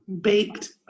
baked